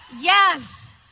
Yes